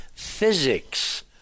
physics